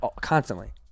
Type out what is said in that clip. constantly